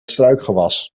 struikgewas